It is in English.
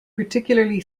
particularly